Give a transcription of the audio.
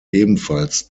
ebenfalls